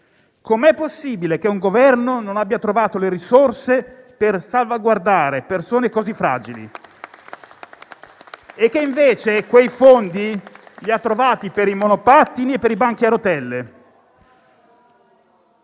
Com'è possibile che un Governo non abbia trovato le risorse per salvaguardare persone così fragili e, invece, quei fondi li abbia trovati per i monopattini e per i banchi a rotelle?